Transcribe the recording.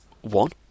One